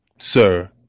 sir